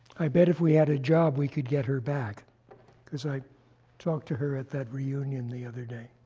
i bet if we had a job, we could get her back because i talked to her at that reunion the other day.